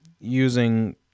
using